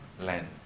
land